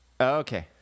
okay